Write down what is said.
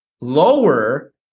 lower